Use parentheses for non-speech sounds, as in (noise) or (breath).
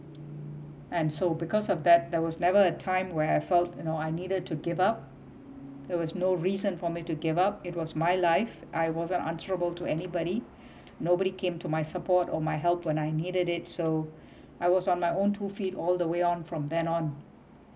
and so because of that there was never a time where I felt you know I needed to give up there was no reason for me to give up it was my life I wasn't answerable to anybody (breath) nobody came to my support or my help when I needed it so I was on my own two feet all the way on from then on